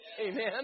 Amen